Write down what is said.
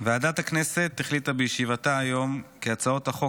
ועדת הכנסת החליטה בישיבה היום כי הצעות החוק